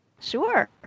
Sure